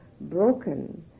broken